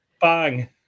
Bang